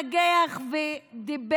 הסתייגות, שזה דבר